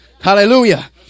Hallelujah